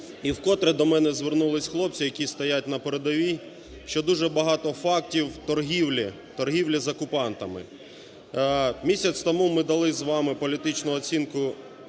і в котре до мене звернулися хлопці, які стоять на передовій, що дуже багато фактів торгівлі, торгівлі з окупантами. Місяць тому ми дали з вами політичну оцінку